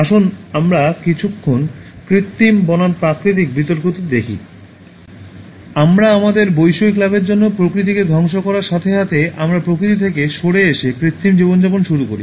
আসুন আমরা কিছুক্ষণ কৃত্রিম বনাম প্রাকৃতিক বিতর্কটি দেখি আমরা আমাদের বৈষয়িক লাভের জন্য প্রকৃতিকে ধ্বংস করার সাথে সাথে আমরা প্রকৃতি থেকে সরে এসে কৃত্রিম জীবনযাপন শুরু করি